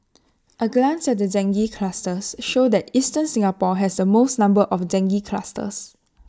A glance at the dengue clusters show that eastern Singapore has the most number of dengue clusters